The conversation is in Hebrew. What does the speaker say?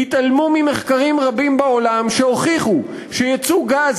התעלמו ממחקרים רבים בעולם שהוכיחו שייצוא גז